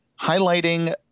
highlighting